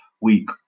week